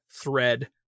thread